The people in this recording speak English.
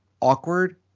awkward